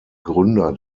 gründer